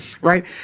Right